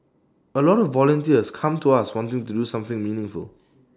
A lot of volunteers come to us wanting to do something meaningful